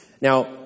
Now